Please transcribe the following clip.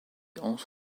also